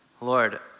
Lord